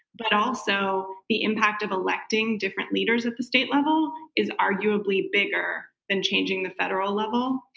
but also the impact of electing different leaders at the state level is arguably bigger than changing the federal level.